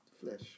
flesh